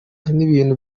n’ibintu